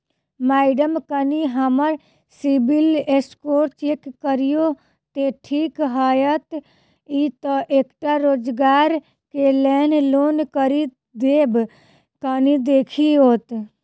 Madam कनि हम्मर CIBIL score check करियो तेँ ठीक हएत ई तऽ एकटा रोजगार केँ लैल लोन करि देब कनि देखीओत?